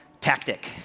tactic